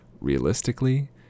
realistically